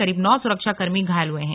करीब नौ सुरक्षाकर्मी घायल हुए हैं